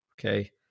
okay